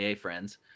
friends